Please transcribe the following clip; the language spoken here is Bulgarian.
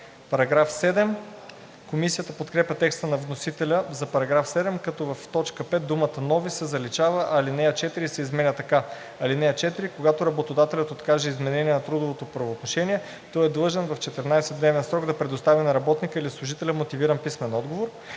„уведомява“. Комисията подкрепя текста на вносителя за § 7, като в т. 5 думата „нови“ се заличава, а ал. 4 се изменя така: „(4) Когато работодателят откаже изменение на трудовото правоотношение, той е длъжен в 14-дневен срок да предостави на работника или служителя мотивиран писмен отговор.“